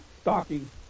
Stocking